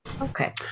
Okay